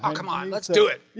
um come on let's do it.